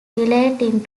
relating